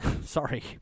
Sorry